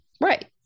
Right